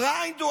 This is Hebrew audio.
פריינד,